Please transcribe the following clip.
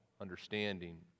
understanding